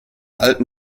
alten